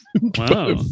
Wow